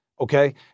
Okay